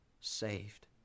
saved